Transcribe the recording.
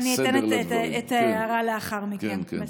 אתן את ההערה לאחר מכן.